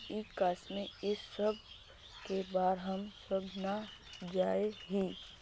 ई commerce इस सब के बारे हम सब ना जाने हीये?